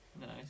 Nice